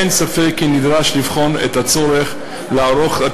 אין ספק כי נדרש לבחון את הצורך לערוך את